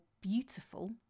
beautiful